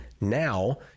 now